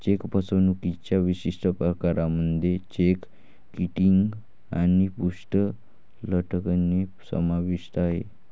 check फसवणुकीच्या विशिष्ट प्रकारांमध्ये चेक किटिंग आणि पृष्ठ लटकणे समाविष्ट आहे